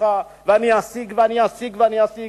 קשוחה ואני אשיג ואני אשיג ואני אשיג.